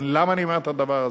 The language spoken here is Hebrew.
למה אני אומר את הדבר הזה?